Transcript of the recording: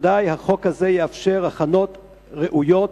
ובוודאי החוק הזה יאפשר הכנות ראויות,